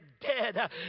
dead